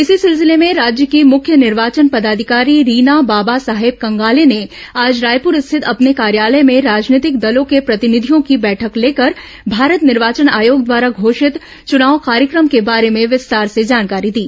इसी सिलसिले में राज्य की मुख्य निर्वाचन पदाधिकारी रीना बाबा साहेब कंगाले ने आज रायपुर स्थित अपने कार्यालय में राजनीतिक दलों के प्रॅतिनिधियों की बैठक लेकर भारत निर्वाचन आयोग द्वारा घोषित चुनाव कार्यक्रम के बारे में विस्तार से जानकारी दी